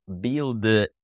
build